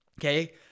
okay